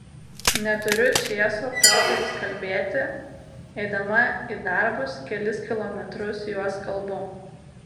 neturiu čėso poterius kalbėti eidama į darbus kelis kilometrus juos kalbu